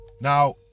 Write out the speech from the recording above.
now